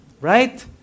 Right